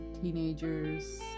teenagers